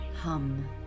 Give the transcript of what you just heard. hum